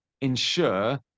ensure